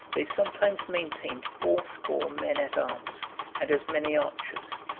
they sometimes maintained fourscore men-at-arms and as many archers.